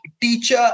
teacher